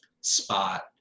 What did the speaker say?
spot